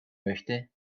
möchte